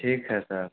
ठीक है सर